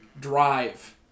drive